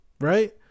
right